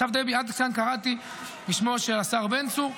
עכשיו, דבי, עד כאן קראתי בשמו של השר בן צור.